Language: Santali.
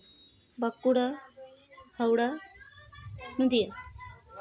ᱵᱟᱸᱠᱩᱲᱟ ᱦᱟᱣᱲᱟ ᱱᱚᱫᱤᱭᱟ